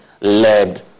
led